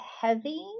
heavy